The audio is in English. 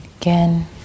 again